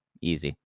easy